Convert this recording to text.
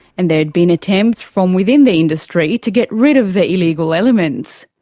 and there had been attempts from within the industry to get rid of the illegal elements.